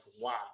wow